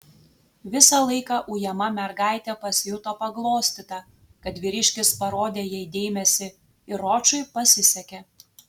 visą laiką ujama mergaitė pasijuto paglostyta kad vyriškis parodė jai dėmesį ir ročui pasisekė